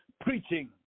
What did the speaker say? preaching